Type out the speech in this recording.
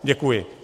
Děkuji.